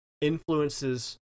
influences